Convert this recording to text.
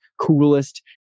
coolest